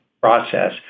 process